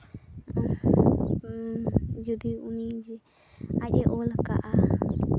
ᱡᱩᱫᱤ ᱩᱱᱤ ᱡᱮ ᱟᱡ ᱮ ᱚᱞ ᱠᱟᱜᱼᱟ